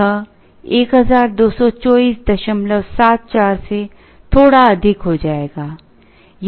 यह 122474 से थोड़ा अधिक हो जाएगा